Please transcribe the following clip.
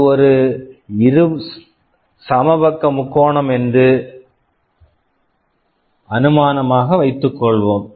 இது ஒரு இது ஒரு சமபக்க முக்கோணம் என்று அனுமானமாக வைத்துக் கொள்வோம்